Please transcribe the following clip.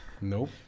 Nope